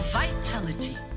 vitality